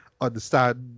understand